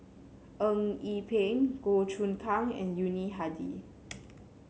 Eng Yee Peng Goh Choon Kang and Yuni Hadi